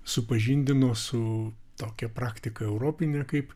supažindino su tokia praktika europine kaip